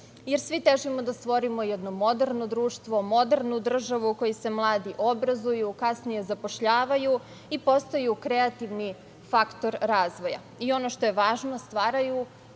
jer svi težimo da stvorimo jedno moderno društvo, modernu državu, u kojoj se mladi obrazuju, kasnije zapošljavaju i postaju kreativni faktor razvoja i, ono što je važno, stvaraju